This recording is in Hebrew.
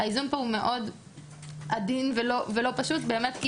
והאיזון פה הוא מאוד עדין ולא פשוט באמת,